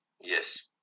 Yes